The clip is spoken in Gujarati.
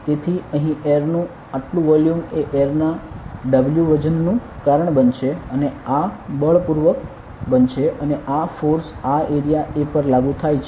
તેથી અહીં એર નું આટલું વોલ્યુમ એ એરના W વજનનું કારણ બનશે અને આ બળપૂર્વક બનશે અને આ ફોર્સ આ એરિયા A પર લાગુ થાય છે